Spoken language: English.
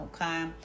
okay